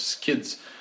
kids